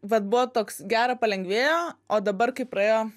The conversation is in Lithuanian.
vat buvo toks gera palengvėjo o dabar kai praėjo